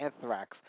Anthrax